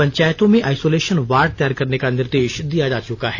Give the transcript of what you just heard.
पंचायतों में isolation ward तैयार करने का निदेश दिया जा चुका है